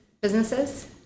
businesses